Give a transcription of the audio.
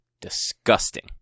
disgusting